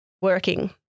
working